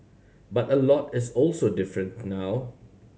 but a lot is also different now